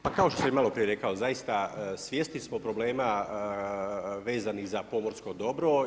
Pa kao što sam i malo prije rekao zaista svjesni smo problema vezanih za pomorsko dobro.